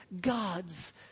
gods